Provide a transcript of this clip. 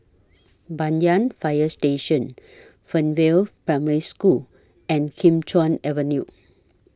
Banyan Fire Station Fernvale Primary School and Kim Chuan Avenue